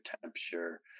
temperature